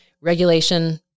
regulation